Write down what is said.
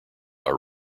are